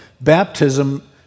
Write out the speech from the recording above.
baptism